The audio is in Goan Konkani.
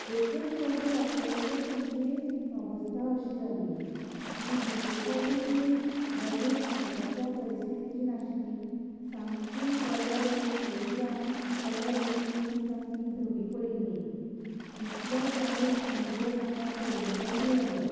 एकूच फावटी वापरतकूच तांची अवस्था अशी जाल्ली आनी दुसरे फावटी तीं बेडीर घालपाच्या परिस्थितीचीं नाशिल्लीं सामकीं कलर फेड जावन कलर वचून तीं सामकीं धवीं पडिल्लीं इतलो वायट अणभव म्हाका पयले फावटीं आयलो